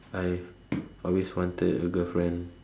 I always wanted a girlfriend